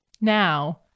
now